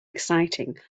exciting